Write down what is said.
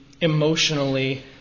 emotionally